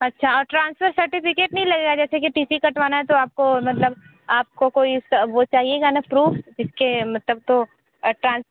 अच्छा transfer certificate नहीं लगेगा जैसे कि टी सी कटवाना है तो आपको मतलब आपको कोई उसका वो चाहिए होगा न प्रूफ जिसके मतलब तो ट्रांस